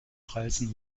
reisen